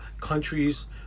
countries